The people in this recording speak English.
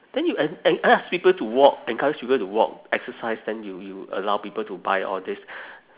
then you en~ en~ ask people to walk encourage people to walk exercise then you you allow people to buy all these